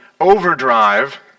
overdrive